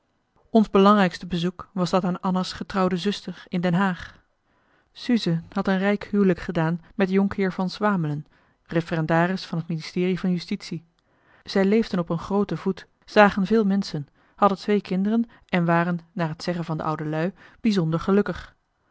ons belangrijkste bezoek was dat aan anna's getrouwde zuster in den haag suze had een rijk huwelijk gedaan met jhr van swamelen referendaris aan het ministerie van justitie zij leefden op een groote voet zagen veel menschen hadden twee kinderen en waren naar het zeggen van de oude lui bijzonder gelukkig